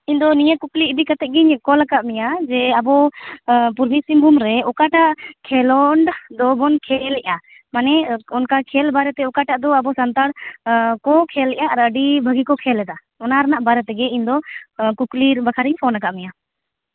ᱤᱧ ᱫᱚ ᱱᱤᱟᱹ ᱠᱩᱠᱞᱤ ᱤᱫᱤ ᱠᱟᱛᱮᱫ ᱜᱤᱧ ᱠᱚᱞ ᱟᱠᱟᱫ ᱢᱮᱭᱟ ᱡᱮ ᱟᱵᱚ ᱯᱩᱨᱵᱤ ᱥᱤᱝᱵᱷᱩᱢ ᱨᱮ ᱚᱠᱟᱴᱟᱜ ᱠᱷᱮᱸᱞᱳᱰ ᱫᱚ ᱵᱚᱱ ᱠᱷᱮᱹᱞᱮᱜᱼᱟ ᱢᱟᱱᱮ ᱚᱱᱠᱟ ᱠᱷᱮᱹᱞ ᱵᱟᱨᱮᱛᱮ ᱚᱠᱟᱴᱟᱜ ᱫᱚ ᱟᱵᱚ ᱥᱟᱱᱛᱟᱲ ᱠᱚ ᱠᱷᱮᱹᱞᱮᱜᱼᱟ ᱟᱨ ᱟᱹᱰᱤ ᱵᱷᱟᱜᱮ ᱠᱚ ᱠᱷᱮᱹᱞᱮᱫᱟ ᱚᱱᱟ ᱨᱮᱱᱟᱜ ᱵᱟᱨᱮ ᱛᱮᱜᱮ ᱤᱧ ᱫᱚ ᱠᱩᱠᱞᱤ ᱵᱟᱠᱷᱨᱟᱛᱮᱧ ᱯᱷᱳᱱ ᱟᱠᱟᱫ ᱢᱮᱭᱟ